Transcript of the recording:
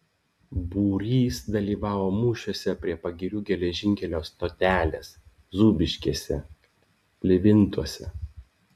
būrys dalyvavo mūšiuose prie pagirių geležinkelio stotelės zūbiškėse livintuose